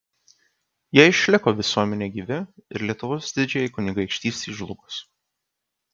jie išliko visuomenėje gyvi ir lietuvos didžiajai kunigaikštystei žlugus